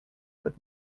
but